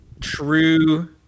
true